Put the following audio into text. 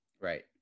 Right